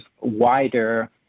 wider